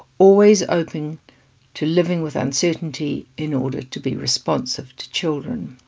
always open to living with uncertainty in order to be responsive to children.